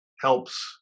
helps